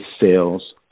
sales